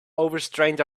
overstrained